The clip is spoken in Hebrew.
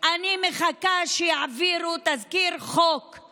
נוח היה לומר: טוב, נו, נתניהו לא המציא את זה.